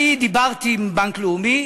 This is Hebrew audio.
אני דיברתי עם בנק לאומי,